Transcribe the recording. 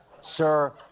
Sir